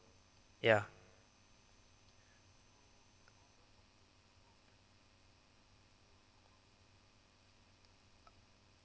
ya